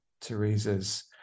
Teresa's